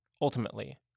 Ultimately